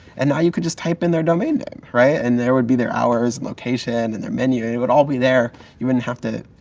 and you can just type in their domain name. and there would be their hours, location, and their menu. it would all be there. you wouldn't have to,